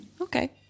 Okay